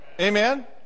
Amen